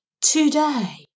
today